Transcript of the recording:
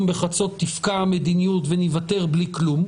בחצות תפקע המדיניות וניוותר בלי כלום,